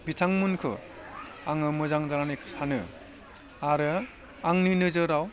बिथांमोनखौ आङो मोजां जानानै सानो आरो आंनि नोजोराव